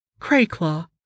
Crayclaw